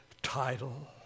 title